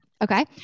Okay